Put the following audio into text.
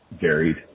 varied